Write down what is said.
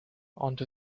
onto